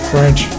French